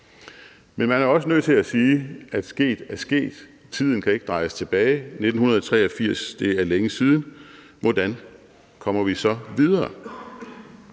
Men man er jo også nødt til at sige, at sket er sket. Tiden kan ikke skrues tilbage, 1983 er længe siden. Hvordan kommer vi så videre?